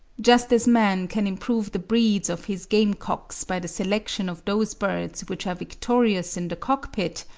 just as man can improve the breeds of his game-cocks by the selection of those birds which are victorious in the cockpit,